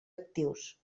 actius